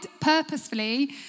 purposefully